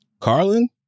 Carlin